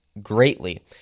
greatly